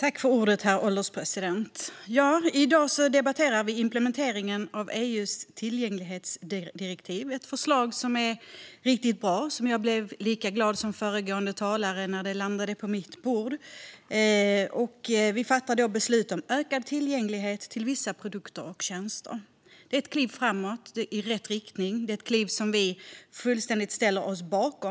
Herr ålderspresident! I dag debatterar vi implementeringen av EU:s tillgänglighetsdirektiv. Det är ett förslag som är riktigt bra - jag blev lika glad som föregående talare när det landade på mitt bord. Vi fattar beslut om ökad tillgänglighet till vissa produkter och tjänster. Detta är ett kliv framåt, i rätt riktning, och det är ett kliv som Sverigedemokraterna fullständigt ställer sig bakom.